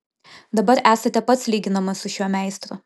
dabar esate pats lyginamas su šiuo meistru